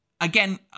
Again